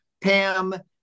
pam